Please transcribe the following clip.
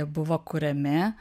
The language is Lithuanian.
buvo kuriami